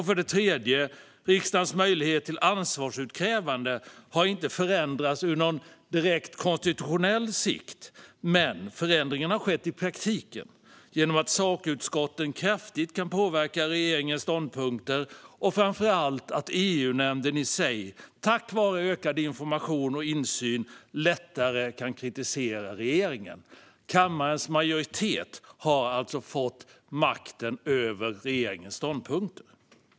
För det tredje har riksdagens möjlighet till ansvarsutkrävande inte förändrats på något direkt konstitutionellt sätt. Förändring har dock skett i praktiken genom att sakutskotten kraftigt kan påverka regeringens ståndpunkter, och den har framför allt skett genom att EU-nämnden i sig tack vare ökad information och insyn lättare kan kritisera regeringen. Kammarens majoritet har alltså fått makten över regeringens ståndpunkter.